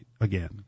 again